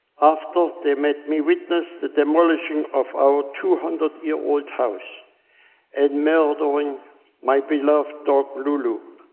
after, they made me witness the demolition of our two hundred year old house and murdering my beloved dog, lulu,